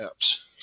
apps